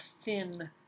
thin